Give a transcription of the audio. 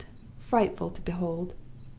frightful to behold.